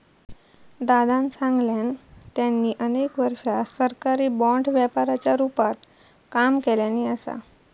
दादानं सांगल्यान, त्यांनी अनेक वर्षा सरकारी बाँड व्यापाराच्या रूपात काम केल्यानी असा